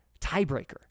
tiebreaker